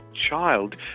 child